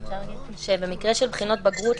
במקרה של בחינות בגרות,